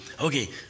okay